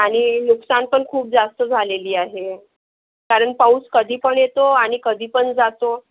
आणि नुकसान पण खूप जास्त झालेली आहे कारण पाऊस कधी पण येतो आणि कधी पण जातो